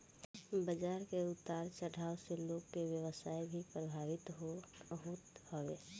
बाजार के उतार चढ़ाव से लोग के व्यवसाय भी प्रभावित होत हवे